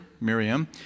Miriam